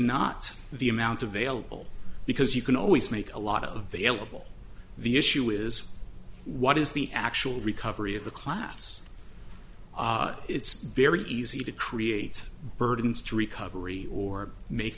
not the amount available because you can always make a lot of the eligible the issue is what is the actual recovery of the class it's very easy to create burdens to recovery or make